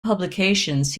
publications